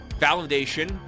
validation